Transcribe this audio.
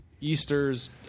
Easters